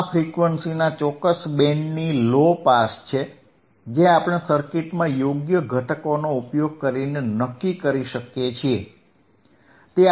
આ ફ્રીક્વન્સીઝના ચોક્કસ બેન્ડની લો પાસ છે જે આપણે સર્કિટમાં યોગ્ય ઘટકોનો ઉપયોગ કરીને નક્કી કરી શકીએ છીએ